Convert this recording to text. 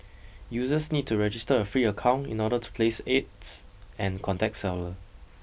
users need to register a free account in order to place ads and contact seller